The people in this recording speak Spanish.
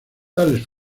tales